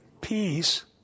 peace